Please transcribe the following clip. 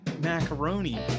macaroni